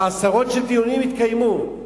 ועשרות דיונים התקיימו,